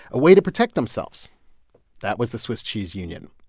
a way to protect themselves that was the swiss cheese union.